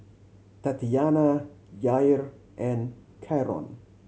Tatyanna Yair and Karon